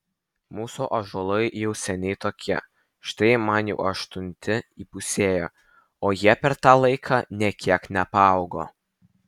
mūsų ąžuolai jau seniai tokie štai man jau aštunti įpusėjo o jie per tą laiką nė kiek nepaaugo